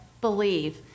believe